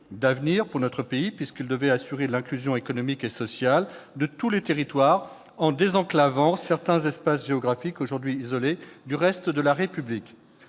d'avenir pour notre pays, puisqu'il devait assurer l'inclusion économique et sociale de tous les territoires, en désenclavant certains espaces géographiques aujourd'hui isolés du reste de la République.